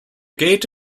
gate